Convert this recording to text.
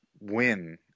win